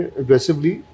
aggressively